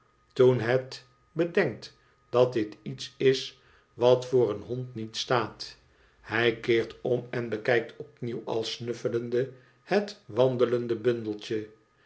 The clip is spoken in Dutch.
toen het bedenkt dat dit iets is wat voor een hond niet staat hij keert om en bekijkt opnieuw al snuffelende het wandelende bundeltje